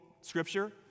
scripture